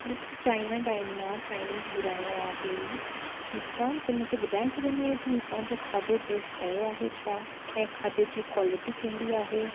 मूंखे China dine मां Chinese घुराइणो आहे मुस्कान तूं मूंखे ॿुधाए सघंदी आहे तूं हुतां जो खाधो टेस्ट कयो आहे छा ऐं खाधे जी क्वालिटी कहिड़ी आहे